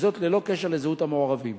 וזאת ללא קשר לזהות המעורבים.